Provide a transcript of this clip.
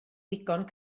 ddigon